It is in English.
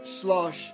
slosh